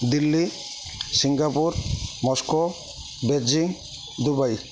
Delhi Singapore Moscow Beijing Dubai